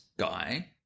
guy